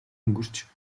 өнгөрч